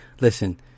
Listen